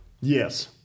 Yes